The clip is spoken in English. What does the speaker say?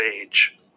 age